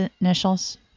initials